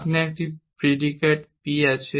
আপনি একটি predicate p আছে